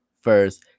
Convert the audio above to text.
first